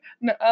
No